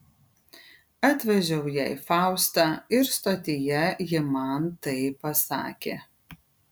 atvežiau jai faustą ir stotyje ji man tai pasakė